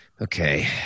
Okay